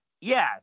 Yes